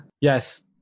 Yes